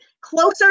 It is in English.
closer